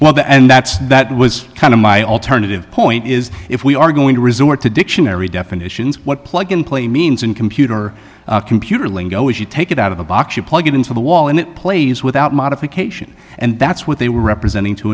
well the and that's that was kind of my alternative point is if we are going to resort to dictionary definitions what plug n play means in computer computer lingo if you take it out of a box you plug it into the wall and it plays without modification and that's what they were representing to